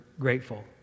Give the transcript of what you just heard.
grateful